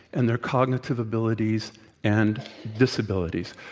and their cognitive abilities and disabilities.